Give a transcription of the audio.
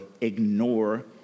ignore